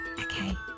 Okay